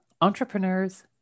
entrepreneurs